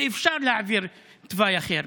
ואפשר להעביר בתוואי אחר.